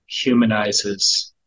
humanizes